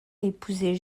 épousé